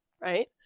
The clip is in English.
right